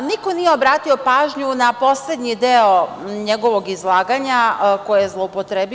Niko nije obratio pažnju na poslednji deo njegovog izlaganja, koje je zloupotrebio.